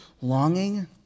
longing